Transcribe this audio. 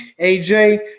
AJ